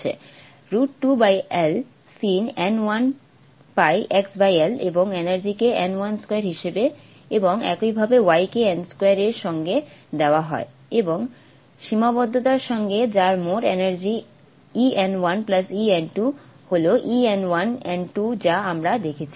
√2L sin n 1 πxL এবং এনার্জিকে n 12 হিসেবে এবং একইভাবে y কে n2 এর সঙ্গে দেওয়া হয় এবং সীমাবদ্ধতার সঙ্গে যার মোট energy E n 1 E n 2 হল E n 1 n 2 যা আমরা দেখেছি